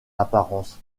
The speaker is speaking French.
apparence